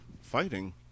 fighting